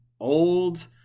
old